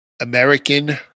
American